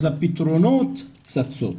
אז הפתרונות צצים,